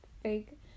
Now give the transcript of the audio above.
fake